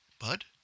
Bud